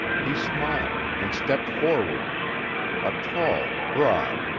he smiled and stepped forward a tall, broad,